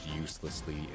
uselessly